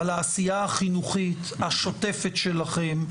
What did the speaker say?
על העשייה החינוכית השוטפת שלכם,